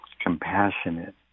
compassionate